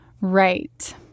Right